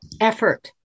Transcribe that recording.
effort